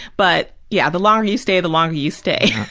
but yeah, the longer you stay, the longer you stay.